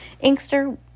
Inkster